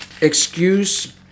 excuse